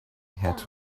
had